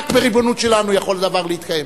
רק בריבונות שלנו יכול הדבר להתקיים.